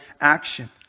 action